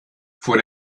vor